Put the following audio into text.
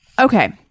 Okay